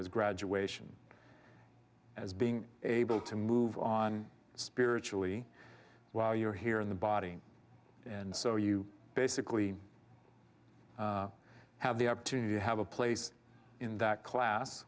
as graduation as being able to move on spiritually while you're here in the body and so you basically have the opportunity to have a place in that class